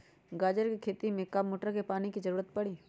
गाजर के खेती में का मोटर के पानी के ज़रूरत परी?